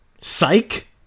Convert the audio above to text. psych